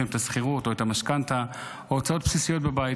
שכירות או משכנתה או הוצאות בסיסיות בבית.